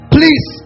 Please